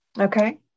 Okay